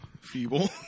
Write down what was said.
feeble